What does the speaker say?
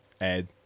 Ed